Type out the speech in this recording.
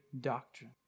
doctrine